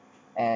and